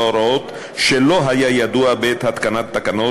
הוראות שלא היו ידועים בעת התקנת התקנות,